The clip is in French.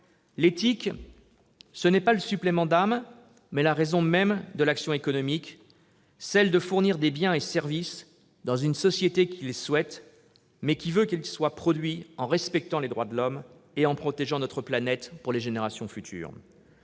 L'éthique est non pas un supplément d'âme, mais la raison même de l'action économique, qui fournit des biens et services dans une société qui les souhaite mais veut qu'ils soient produits en respectant les droits de l'homme et en protégeant notre planète pour les générations futures.